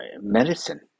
medicine